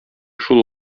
шул